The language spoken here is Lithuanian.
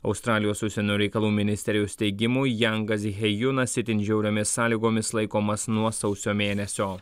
australijos užsienio reikalų ministerijos teigimu jangas hejunas itin žiauriomis sąlygomis laikomas nuo sausio mėnesio